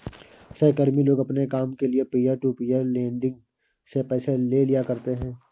सहकर्मी लोग अपने काम के लिये पीयर टू पीयर लेंडिंग से पैसे ले लिया करते है